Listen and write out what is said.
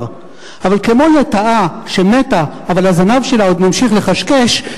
אבל כמו לטאה שמתה אבל הזנב שלה עוד ממשיך לכשכש,